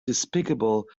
despicable